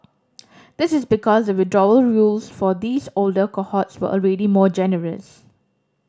this is because the withdrawal rules for these older cohorts were already more generous